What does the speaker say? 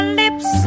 lips